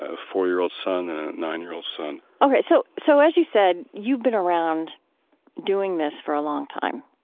ah four year old son and nine year old son ok. so so as you said, you've been around doing this for a long time,